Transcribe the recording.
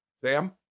Sam